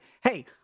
hey